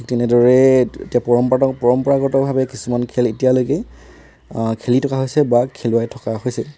ঠিক তেনেদৰে এতিয়াও পৰম্পতা পৰম্পৰাগতভাৱে কিছুমান খেল এতিয়ালৈকে খেলি থকা হৈছে বা খেলুৱাই থকা হৈছে